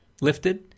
lifted